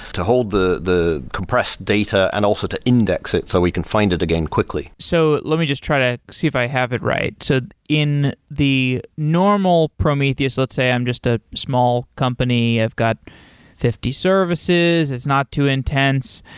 to hold the the compressed data and also to index it so we can find it again quickly so let me just try to see if i have it right. so in the normal prometheus, let's say i'm just a small company. i've got fifty services. it's not too intense,